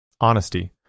Honesty